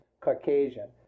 Caucasian